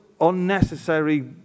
unnecessary